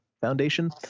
foundation